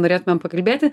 norėtumėm pakalbėti